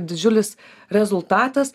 didžiulis rezultatas